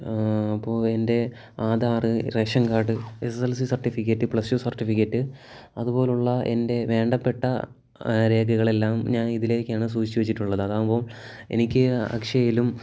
അപ്പോൾ എൻ്റെ Aadhaar ration card S S L C certificate plus two certificate അതുപോലെയുള്ള എൻ്റെ വേണ്ടപ്പെട്ട രേഖകളെല്ലാം ഞാൻ ഇതിലേക്കാണ് സൂക്ഷിച്ചു വെച്ചിട്ടുള്ളത് അതാകുമ്പോൾ എനിക്ക് അക്ഷയയിലും